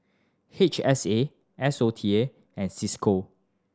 H S A S O T A and Cisco